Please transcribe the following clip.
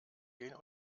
gehen